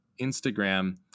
Instagram